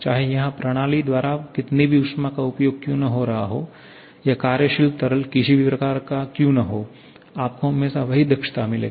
चाहे यहाँ प्रणाली द्वारा कितनी भी ऊष्मा का उपयोग क्यू न हो रहा हो या कार्यशील तरल किसी भी प्रकार का क्यू न हो आपको हमेशा वही दक्षता मिलेगी